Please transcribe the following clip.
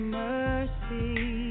mercy